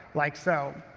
like so.